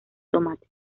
tomate